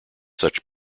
such